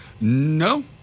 No